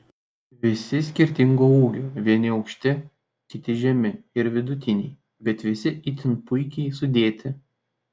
visi skirtingo ūgio vieni aukšti kiti žemi ir vidutiniai bet visi itin puikiai sudėti